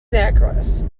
necklace